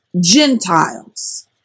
Gentiles